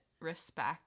respect